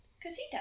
Casita